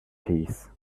peace